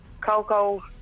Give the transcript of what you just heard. Coco